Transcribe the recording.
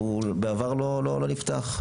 שהוא בעבר לא נפתח.